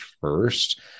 first